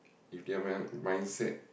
if their mind mindset